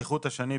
כחוט השני,